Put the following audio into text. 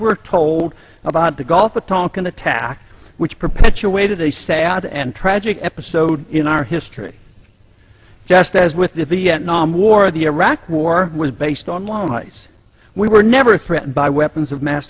we're told about the gulf of tonkin attack which perpetuated a sad and tragic episode in our history just as with the vietnam war the iraq war was based on lies we were never threatened by weapons of mass